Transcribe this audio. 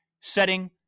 setting